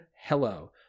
hello